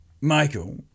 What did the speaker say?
Michael